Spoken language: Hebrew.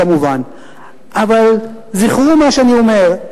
כמובן, אבל זכרו מה שאני אומר.